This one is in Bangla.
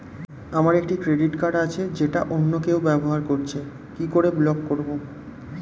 আমার একটি ক্রেডিট কার্ড আছে যেটা অন্য কেউ ব্যবহার করছে কি করে ব্লক করবো?